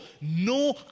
No